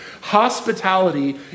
hospitality